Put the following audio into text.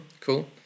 Cool